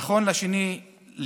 נכון ל-2 באוגוסט,